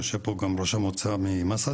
יושב פה גם ראש המועצה ממסעדה,